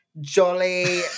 jolly